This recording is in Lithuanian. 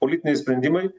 politiniai sprendimai